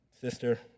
sister